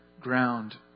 ground